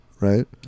Right